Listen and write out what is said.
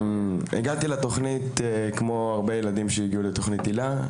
הגעתי לתוכנית כמו הרבה ילדים שהגיעו לתוכנית היל"ה,